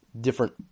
different